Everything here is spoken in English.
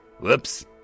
Whoops